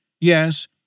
Yes